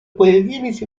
появились